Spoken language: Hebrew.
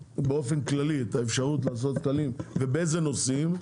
באופן כללי את האפשרות לעשות כללים ובאיזה נושאים.